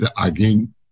again